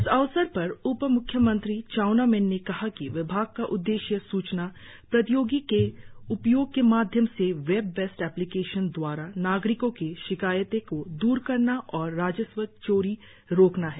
इस अवसर पर उपम्ख्यमंत्री चाऊना मेन ने कहा कि विभाग का उद्देश्य सूचना प्रौदयोगिकी के उपयोग के माध्यम से वेब बेस्ड अप्लिकेशन दवारा नागरिको की शिकायतो को दूर करना और राजस्व चोरी रोकना है